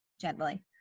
Gently